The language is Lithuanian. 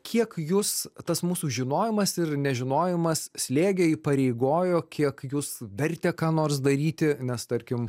kiek jus tas mūsų žinojimas ir nežinojimas slėgė įpareigojo kiek jus vertė ką nors daryti nes tarkim